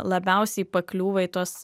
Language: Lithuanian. labiausiai pakliūva į tuos